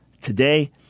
today